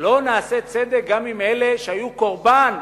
לא נעשה צדק גם עם אלה שהיו קורבן,